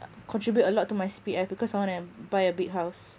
contribute a lot to my C_P_F because I want an buy a big house